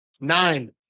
Nine